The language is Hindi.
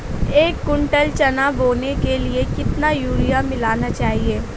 एक कुंटल चना बोने के लिए कितना यूरिया मिलाना चाहिये?